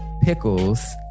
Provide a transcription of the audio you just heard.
pickles